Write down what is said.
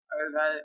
over